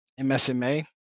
MSMA